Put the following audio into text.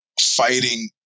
fighting